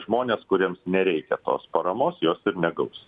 žmonės kuriems nereikia tos paramos jos ir negaus